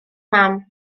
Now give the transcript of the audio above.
mam